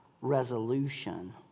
resolution